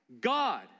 God